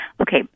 Okay